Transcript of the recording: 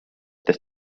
the